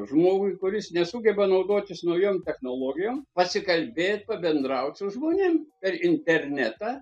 žmogui kuris nesugeba naudotis naujom technologijom pasikalbėt pabendraut su žmonėm per internetą